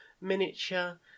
miniature